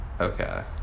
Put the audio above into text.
Okay